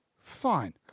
fine